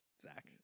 Zach